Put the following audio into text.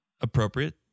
appropriate